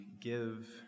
give